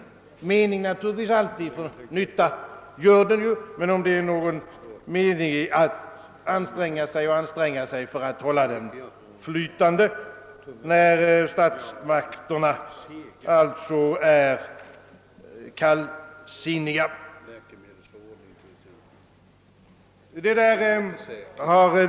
Ja, mening med den är det naturligtvis, eftersom den alltid gör sin nytta, men organisationerna kan ju undra om det är någon mening med att anstränga sig för att hålla verksamheten i gång, när statsmakterna är så kallsinniga.